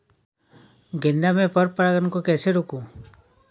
गेंदा में पर परागन को कैसे रोकुं?